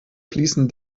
fließen